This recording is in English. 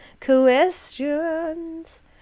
questions